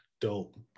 dope